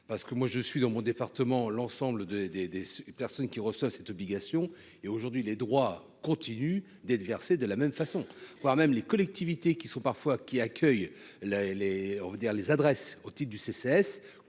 parce que moi je suis dans mon département, l'ensemble des, des, des personnes qui reçoit cette obligation et aujourd'hui les droits continuent d'être versées, de la même façon, voire même les collectivités qui sont parfois qui accueille, là elle est on va